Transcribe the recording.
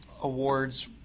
awards